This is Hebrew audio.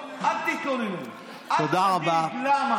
אבל תזכרו תמיד: יש גלגל.